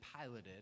piloted